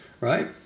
right